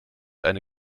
eine